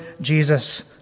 Jesus